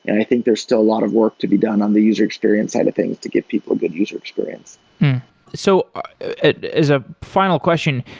and i think there's still a lot of work to be done on the user experience side of things to give people a good user experience so as a final question,